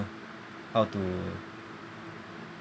how to